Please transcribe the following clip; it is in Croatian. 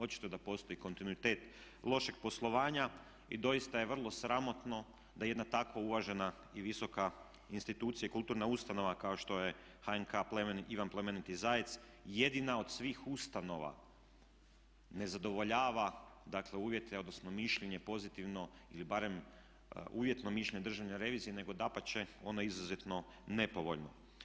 Očito da postoji kontinuitet lošeg poslovanja i doista je vrlo sramotno da jedna takva uvažena i visoka institucija i kulturna ustanova kao što je HNK Ivan pl. Zajec jedina od svih ustanova ne zadovoljava, dakle uvjete, odnosno mišljenje pozitivno ili barem uvjetno mišljenje Državne revizije, nego dapače ono je izuzetno nepovoljno.